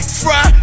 fry